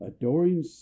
adoring